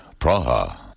Praha